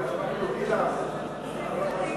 ההצעה להעביר את הצעת חוק הודעה לחייל המשוחרר